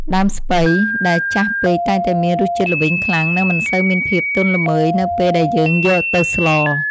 ដើមស្ពៃដែលចាស់ពេកតែងតែមានរសជាតិល្វីងខ្លាំង និងមិនសូវមានភាពទន់ល្មើយនៅពេលដែលយើងយកទៅស្ល។